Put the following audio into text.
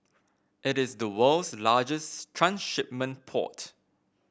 it is the world's largest transshipment port